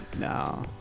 No